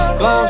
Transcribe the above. go